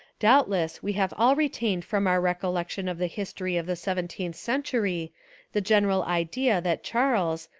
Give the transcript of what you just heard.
doubtless we have all retained from our recol lection of the history of the seventeenth cen tury the general idea that charles,